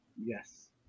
Yes